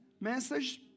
message